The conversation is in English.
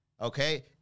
Okay